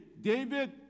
David